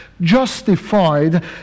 justified